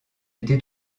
été